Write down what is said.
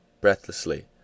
breathlessly